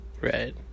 Right